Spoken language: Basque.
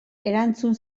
erantzun